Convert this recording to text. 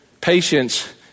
patience